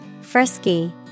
Frisky